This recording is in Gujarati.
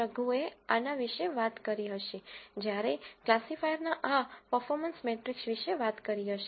રઘુ એ આના વિષે વાત કરી હશે જ્યારે ક્લાસિફાયરના આ પર્ફોમન્સ મેટ્રિક્સ વિશે વાત કરી હશે